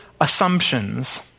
assumptions